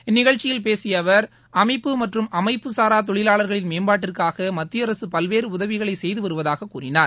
இந்நிகழ்ச்சியில் பேசிய அவர் அமைப்பு மற்றும் அமைப்பு சாரா தொழிலாளர்களின் மேம்பாட்டிற்காக மத்திய அரசு பல்வேறு உதவிகளை செய்து வருவதாக கூறினார்